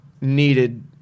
needed